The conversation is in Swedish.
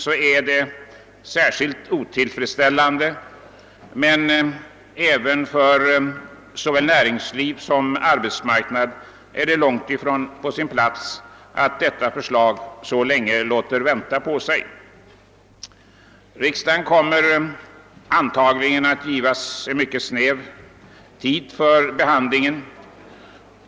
Detta är särskilt otillfredsställande för oppositionen, men inte heller för näringslivet och arbetsmarknaden är det på sin plats att detta förslag låter vänta på sig så länge. Riksdagen kommer antagligen att få mycket snäv tid för behandlingen.